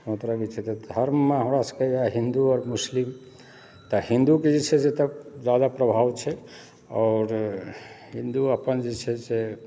कोनो तरहकेँ जे धर्ममे हमरा सबकेँ इएह हिन्दु आ मुस्लिम तऽ हिन्दुके जे छै से एतय जादा प्रभाव छै आओर हिन्दु अपन जे छै से